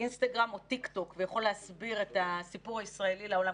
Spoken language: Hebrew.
צריך להשמיד את כל היהודים.